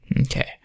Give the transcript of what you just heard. Okay